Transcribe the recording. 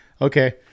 okay